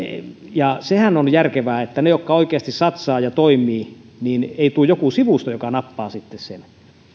ja sehän on järkevää että kun jotkut oikeasti satsaavat ja toimivat niin ei tule sivusta joku joka nappaa sitten sen